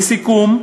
לסיכום,